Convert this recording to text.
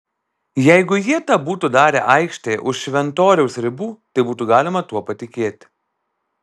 jeigu jie tą būtų darę aikštėje už šventoriaus ribų tai būtų galima tuo patikėti